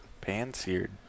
Pan-seared